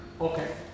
okay